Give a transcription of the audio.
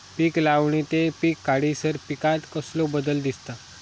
पीक लावणी ते पीक काढीसर पिकांत कसलो बदल दिसता?